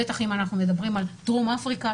בטח אם אנחנו מדברים על דרום אפריקה,